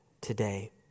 today